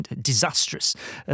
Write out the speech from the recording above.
disastrous